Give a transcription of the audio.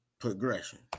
progression